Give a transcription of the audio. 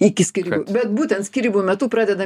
iki skyrybų bet būtent skyrybų metu pradeda